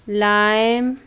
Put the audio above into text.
lime